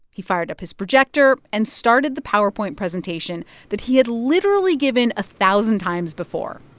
he fired up his projector and started the powerpoint presentation that he had literally given a thousand times before,